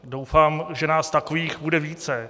Doufám, že nás takových bude více.